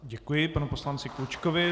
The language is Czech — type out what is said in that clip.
Děkuji panu poslanci Klučkovi.